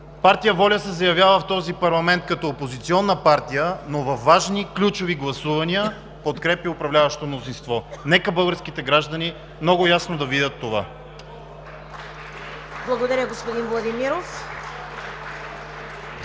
Партия „Воля“ се заявява в този парламент като опозиционна партия, но във важни, ключови гласувания подкрепя управляващото мнозинство. Нека българските граждани много ясно да видят това. (Ръкопляскания от